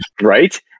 right